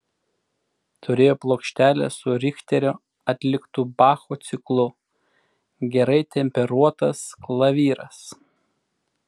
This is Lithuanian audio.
turėjo plokštelę su richterio atliktu bacho ciklu gerai temperuotas klavyras